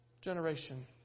generation